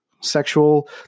Sexual